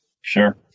sure